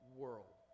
world